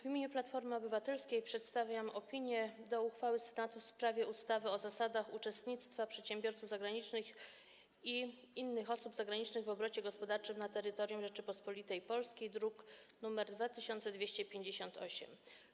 W imieniu Platformy Obywatelskiej przedstawiam opinię co do uchwały Senatu w sprawie ustawy o zasadach uczestnictwa przedsiębiorców zagranicznych i innych osób zagranicznych w obrocie gospodarczym na terytorium Rzeczypospolitej Polskiej, druk nr 2258.